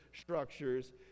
structures